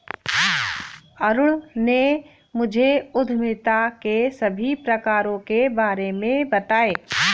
अरुण ने मुझे उद्यमिता के सभी प्रकारों के बारे में बताएं